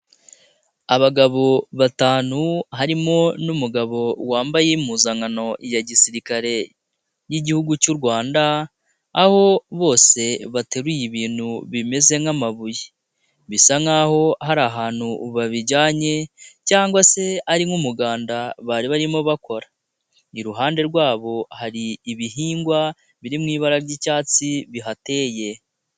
Abagabo batanu harimo n'umugabo wambaye impuzankano ya gisirikare y'igihugu cy'u rwanda, aho bose bateruye ibintu bimeze nk'amabuye. Bisa nk'a hari ahantu babijyanye cyangwa se ari nk'umuganda bari barimo bakora. iruhande rwabo hari ibihingwa biri mu ibara ry'icyatsi bihateye.